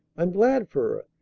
i'm glad for